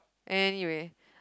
anyway